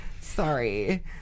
Sorry